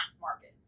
market